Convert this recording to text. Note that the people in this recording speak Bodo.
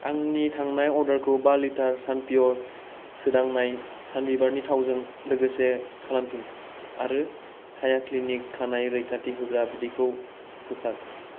आंनि थांनाय अर्डारखौ बा लिटार सानप्युर सोदांनाय सानबिबारनि थावजों लोगोसे खालामफिन आरो काया क्लिनिक खानाय रैखाथि होग्रा बिदैखौ बोखार